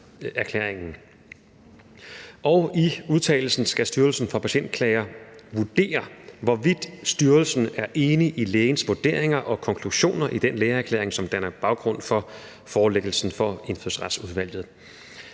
I udtalelsen skal Styrelsen for Patientklager vurdere, hvorvidt styrelsen er enig i lægens vurderinger og konklusioner i den lægeerklæring, som danner baggrund for forelæggelsen for Indfødsretsudvalget,